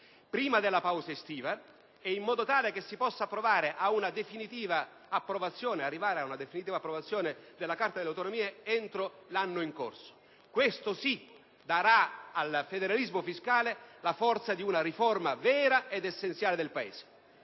prima della pausa estiva, affinché si giunga ad una definitiva approvazione della Carta delle autonomie entro l'anno in corso. Questo, sì, darà al federalismo fiscale la forza di una riforma vera ed essenziale del Paese.